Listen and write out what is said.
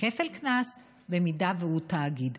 וכפל קנס אם הוא תאגיד.